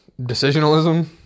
decisionalism